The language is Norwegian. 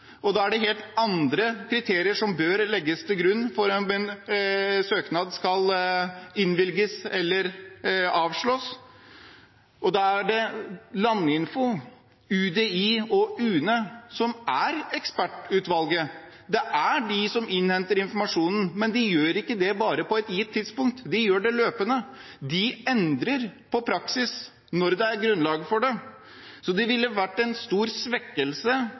Da er det helt andre kriterier som bør legges til grunn for at en søknad skal innvilges eller avslås. Da er det Landinfo, UDI og UNE som er ekspertutvalget. Det er de som innhenter informasjonen, men de gjør det ikke bare på et gitt tidspunkt, de gjør det løpende. De endrer praksisen når det er grunnlag for det, og det ville vært en stor svekkelse